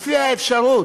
הופיעה האפשרות,